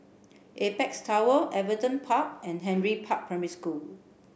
Apex Tower Everton Park and Henry Park Primary School